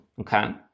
Okay